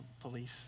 police